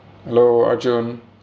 hello arjun